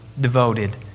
devoted